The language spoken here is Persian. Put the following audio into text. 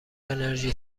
انرژی